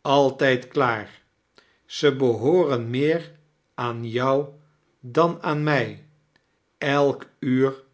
altijd klaar ze behooren meer aan jou dan aan mij elk uur